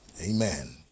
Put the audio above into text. amen